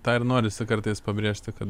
tą ir norisi kartais pabrėžti kad